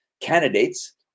candidates